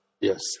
Yes